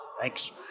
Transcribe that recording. Thanks